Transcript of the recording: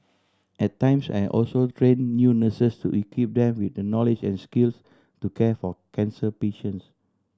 at times I also train new nurses to equip them with the knowledge and skills to care for cancer patients